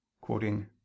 quoting